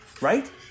Right